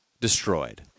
destroyed